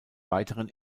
weiteren